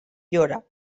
llora